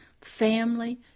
family